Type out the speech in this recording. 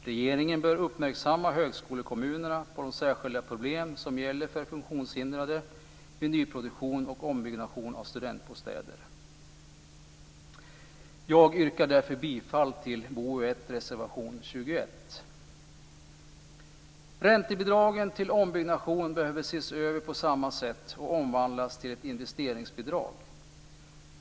Regeringen bör uppmärksamma högskolekommunerna på de särskilda problem som gäller för funktionshindrade vid nyproduktion och ombyggnation av studentbostäder. Jag yrkar därför bifall till reservation 21 i BoU1. Räntebidragen till ombyggnation behöver ses över på samma sätt och omvandlas till ett investeringsbidrag.